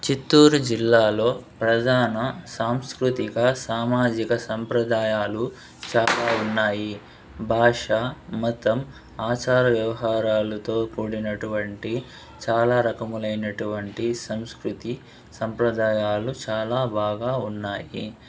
చిత్తూరు జిల్లాలో ప్రధాన సాంస్కృతిక సామాజిక సంప్రదాయాలు చాలా ఉన్నాయి భాష మతం ఆచార వ్యవహారాలతో కూడినటువంటి చాలా రకములైనటువంటి సంస్కృతి సంప్రదాయాలు చాలా బాగా ఉన్నాయి